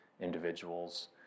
individuals